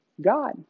God